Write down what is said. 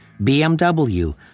BMW